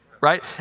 right